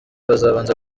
bazabanza